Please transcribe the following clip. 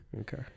Okay